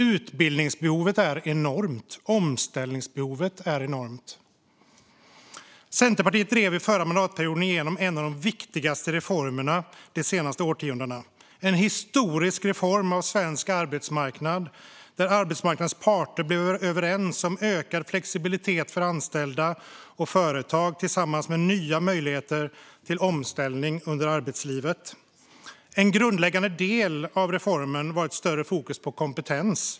Utbildningsbehovet är enormt, och likaså är omställningsbehovet enormt. Centerpartiet drev i förra mandatperioden igenom en av de viktigaste reformerna de senaste årtiondena. Det var en historisk reform av svensk arbetsmarknad, där arbetsmarknadens parter blev överens om ökad flexibilitet för anställda och företag tillsammans med nya möjligheter till omställning under arbetslivet. En grundläggande del av reformen var ett större fokus på kompetens.